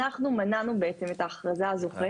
אנחנו מנענו בעצם את ההכרזה על זוכה,